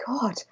god